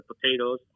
potatoes